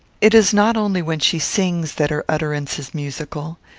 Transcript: it is not only when she sings that her utterance is musical.